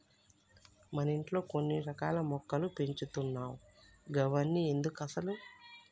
మన ఇంట్లో కొన్ని రకాల మొక్కలు పెంచుతున్నావ్ గవన్ని ఎందుకసలు